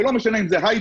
ולא משנה אם זה הייטק,